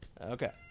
Okay